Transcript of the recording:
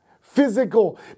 Physical